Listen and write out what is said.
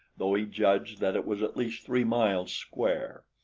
though he judged that it was at least three miles square.